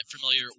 familiar